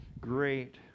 great